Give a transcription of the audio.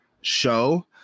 show